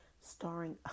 starring